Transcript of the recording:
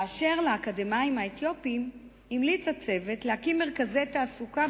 אשר לאקדמאים האתיופים המליץ הצוות להקים מרכזי תעסוקה,